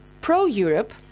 pro-Europe